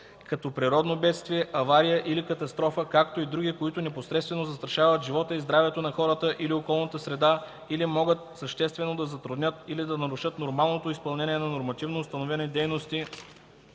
като природно бедствие, авария или катастрофа, както и други, които непосредствено застрашават живота и здравето на хората или околната среда, или могат съществено да затруднят или да нарушат нормалното изпълнение на нормативно установени дейности